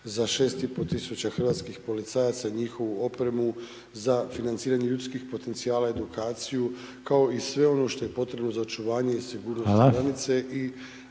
za 6500 hrvatskih policajaca, njihovu opremu za financiranje ljudskih potencijala, edukaciju, kao i sve ono što je potrebno za očuvanje i sigurnost…/Upadica: